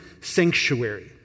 sanctuary